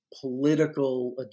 political